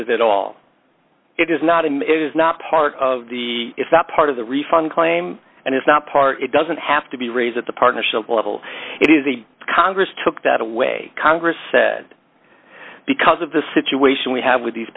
it at all it is not and is not part of the it's not part of the refund claim and it's not part it doesn't have to be raised at the partnership level it is a congress took that away congress said because of the situation we have with these